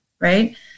Right